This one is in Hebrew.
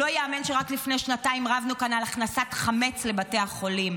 לא ייאמן שרק לפני שנתיים רבנו כאן על הכנסת חמץ לבתי החולים.